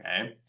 Okay